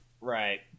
Right